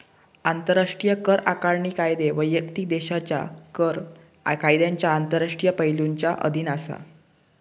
आंतराष्ट्रीय कर आकारणी कायदे वैयक्तिक देशाच्या कर कायद्यांच्या आंतरराष्ट्रीय पैलुंच्या अधीन असा